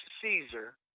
Caesar